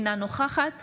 אינה נוכחת